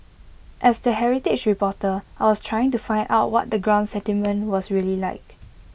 as the heritage reporter I was trying to find out what the ground sentiment was really like